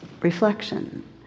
reflection